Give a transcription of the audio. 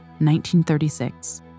1936